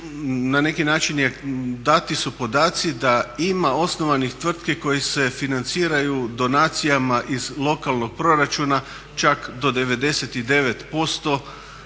na neki način dati su podaci da ima osnovanih tvrtki koje se financiraju donacijama iz lokalnog proračuna čak do 99%